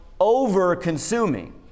over-consuming